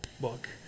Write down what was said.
book